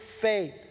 faith